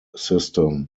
system